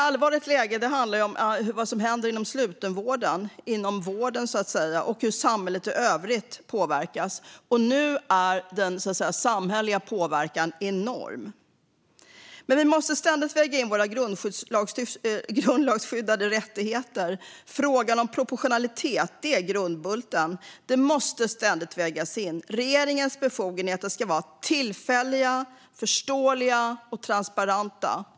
Allvarligt läge handlar om vad som händer inom slutenvården och hur samhället i övrigt påverkas, och nu är den samhälleliga påverkan enorm. Men vi måste ständigt väga in våra grundlagsskyddade rättigheter. Frågan om proportionalitet är grundbulten. Den måste ständigt vägas in. Regeringens befogenheter ska vara tillfälliga, förståeliga och transparenta.